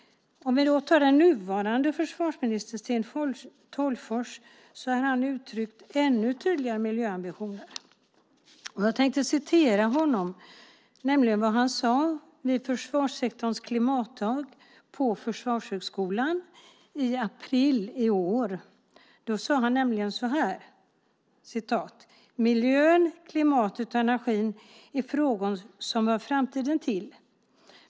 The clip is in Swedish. Den nuvarande försvarsministern Sten Tolgfors har uttryckt ännu tydligare miljöambitioner. Jag tänker citera vad han sade vid Försvarssektorns klimatdag på Försvarshögskolan i april i år. Han sade så här: "Miljön, klimatet och energin är frågor som hör framtiden till.